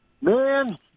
Man